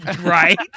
right